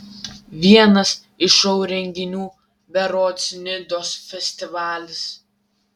vienas iš šou renginių berods nidos festivalis